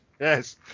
yes